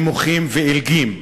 נמוכים ועילגים.